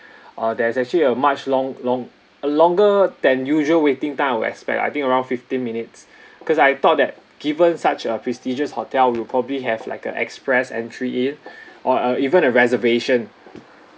uh there is actually a much long long a longer than usual waiting time I would expect I think around fifteen minutes cause I thought that given such a prestigious hotel we'll probably have like a express entry in or uh even a reservation